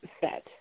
set